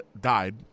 died